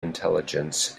intelligence